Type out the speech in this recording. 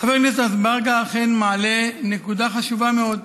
חבר הכנסת אזברגה אכן מעלה נקודה חשובה מאוד.